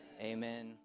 amen